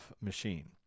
machine